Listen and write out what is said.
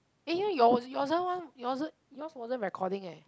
eh ya your yours wasn't recording eh